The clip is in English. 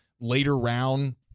later-round